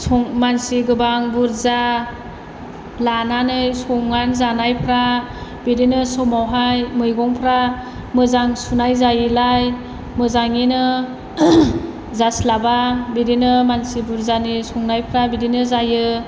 सं मानसि गोबां बुरजा लानानै संनानै जानायफ्रा बिदिनो समावहाय मैगंफ्रा मोजां सुनाय जायैलाय मोजाङैनो जास्लाबा बिदिनो मानसि बुरजानि संनायफ्रा बिदिनो जायो